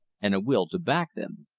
and a will to back them.